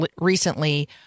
recently